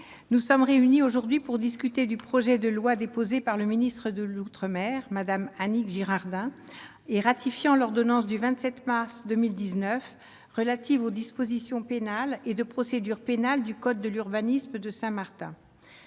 nous sommes réunis aujourd'hui pour discuter du projet de loi déposé par le ministre des outre-mer, Mme Annick Girardin, ratifiant l'ordonnance du 27 mars 2019 relative aux dispositions pénales et de procédure pénale du code de l'urbanisme de Saint-Martin.